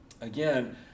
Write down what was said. again